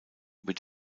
wird